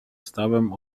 stawem